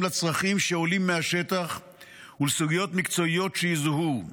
לצרכים שעולים מהשטח וסוגיות מקצועיות שיזוהו.